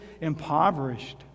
impoverished